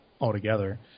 altogether